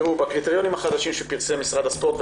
בקריטריונים החדשים שפרסם משרד הספורט,